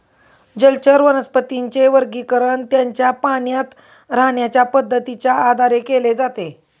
जलचर वनस्पतींचे वर्गीकरण त्यांच्या पाण्यात राहण्याच्या पद्धतीच्या आधारे केले जाते